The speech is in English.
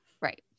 right